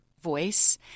voice